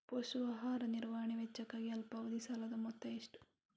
ಪಶು ಆಹಾರ ನಿರ್ವಹಣೆ ವೆಚ್ಚಕ್ಕಾಗಿ ಅಲ್ಪಾವಧಿ ಸಾಲದ ಮೊತ್ತ ಎಷ್ಟು?